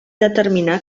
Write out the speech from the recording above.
determinar